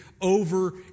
over